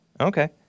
Okay